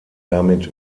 damit